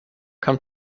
come